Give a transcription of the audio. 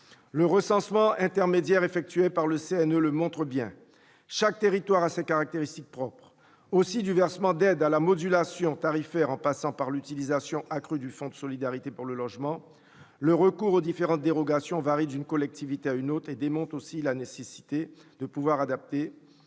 le recensement intermédiaire opéré par le Comité national de l'eau le montre bien, chaque territoire a ses caractéristiques propres. Aussi, du versement d'aides à la modulation tarifaire en passant par l'utilisation accrue du Fonds de solidarité pour le logement, le recours aux différentes dérogations varie d'une collectivité à une autre, démontrant la nécessité de pouvoir adapter